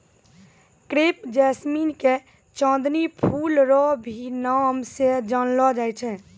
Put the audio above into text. crepe jasmine के चांदनी फूल रो भी नाम से जानलो जाय छै